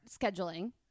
scheduling